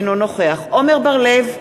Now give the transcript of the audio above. אינו נוכח עמר בר-לב,